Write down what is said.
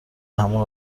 همون